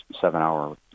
seven-hour